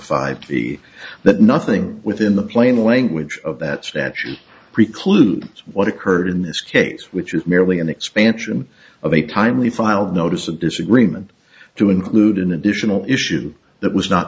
five to be that nothing within the plain language of that statute precludes what occurred in this case which is merely an expansion of a timely filed notice of disagreement to include an additional issue that was not